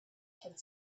had